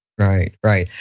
right, right,